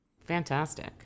Fantastic